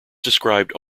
described